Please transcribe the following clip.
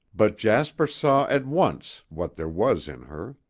but jasper saw at once what there was in her.